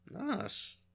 Nice